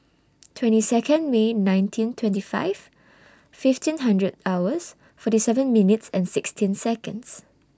twenty Second May nineteen twenty five fifteen hundred hours forty seven minutes and sixteen Seconds